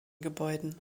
gebäuden